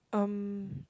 um